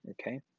okay